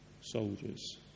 soldiers